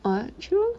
ah true